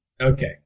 Okay